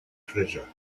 treasure